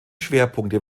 schwerpunkte